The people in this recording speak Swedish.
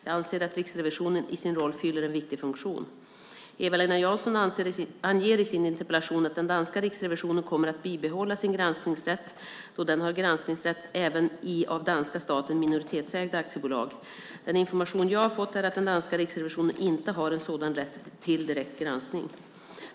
Jag anser att Riksrevisionen i sin roll fyller en viktig funktion. Eva-Lena Jansson anger i sin interpellation att den danska riksrevisionen kommer att bibehålla sin granskningsrätt, då den har granskningsrätt även i av danska staten minoritetsägda aktiebolag. Den information jag har fått är att den danska riksrevisionen inte har en sådan rätt till direkt granskning.